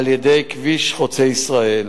על-ידי חברת "חוצה ישראל".